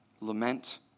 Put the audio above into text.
Lament